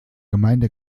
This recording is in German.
gemeinde